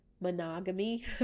monogamy